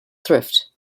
thrift